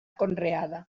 conreada